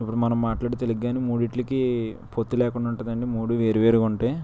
ఇప్పుడు మనం మాట్లాడితే తెలుగు కానీ మూడింటికి పొత్తి లేకుండా ఉంటుంది అండి మూడు వేరువేరుగా ఉంటాయి